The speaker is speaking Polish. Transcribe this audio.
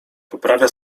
poprawia